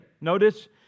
Notice